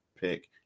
pick